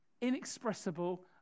inexpressible